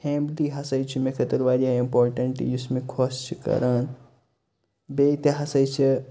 family ہسا چھِ مےٚ خٲطرٕ واریاہ اِمپاٹنٛٹ یُس مےٚ خۄش چھِ کران بیٚیہِ تہِ ہسا چھِ